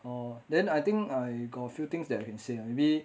orh then I think I got few things that I can say lah maybe